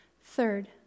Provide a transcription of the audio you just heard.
Third